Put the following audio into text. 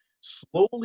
slowly